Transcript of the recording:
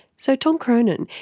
so, tom cronin,